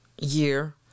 year